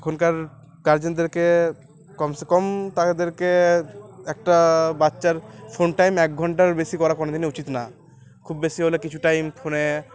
এখনকার গার্জেনদেরকে কমসে কম তাদেরকে একটা বাচ্চার ফোন টাইম এক ঘন্টার বেশি করা কোনো দিনই উচিত না খুব বেশি হলে কিছু টাইম ফোনে